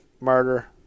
murder